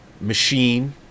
machine